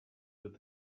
with